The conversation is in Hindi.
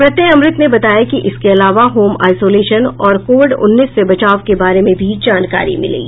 प्रत्यय अमृत ने बताया कि इसके अलावा होम आइसोलेशन और कोविड उन्नीस से बचाव के बारे में भी जानकारी मिलेगी